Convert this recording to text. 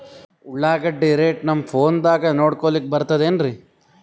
ಉಳ್ಳಾಗಡ್ಡಿ ರೇಟ್ ನಮ್ ಫೋನದಾಗ ನೋಡಕೊಲಿಕ ಬರತದೆನ್ರಿ?